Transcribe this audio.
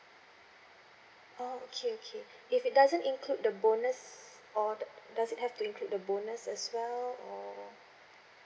orh okay okay if it doesn't include the bonus or does it have to include the bonus as well or